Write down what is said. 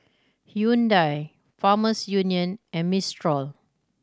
Hyundai Farmers Union and Mistral